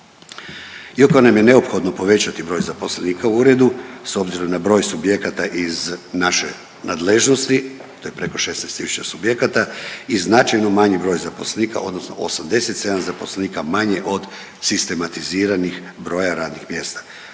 Iako nam je neophodno povećati broj zaposlenika u Uredu s obzirom na broj subjekata iz naše nadležnosti, to je preko 16 tisuća subjekata i značajno manji broj zaposlenika, odnosno 87 zaposlenika manje od sistematiziranih broja radnih mjesta,